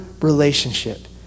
relationship